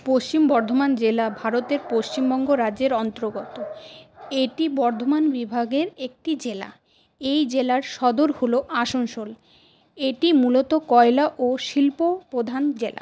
পশ্চিম বর্ধমান জেলা ভারতের পশ্চিমবঙ্গ রাজ্যের অন্তর্গত এটি বর্ধমান বিভাগের একটি জেলা এই জেলার সদর হল আসানসোল এটি মূলত কয়লা ও শিল্পপ্রধান জেলা